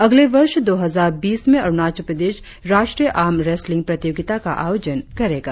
अगले वर्ष दो हजार बीस में अरुणाचल प्रदेश राष्ट्रीय आर्म रेस्लिंग प्रतियोगिता का आयोजन करेगा